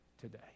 today